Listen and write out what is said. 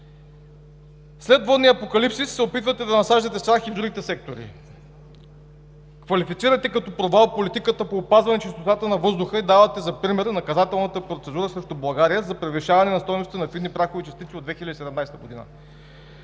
След водния апокалипсис се опитвате да насаждате страх и в другите сектори. Квалифицирате като провал политиката по опазване чистота на въздуха и давате за пример наказателната процедура срещу България за превишаване на стойностите на фини прахови частици от 2017 г.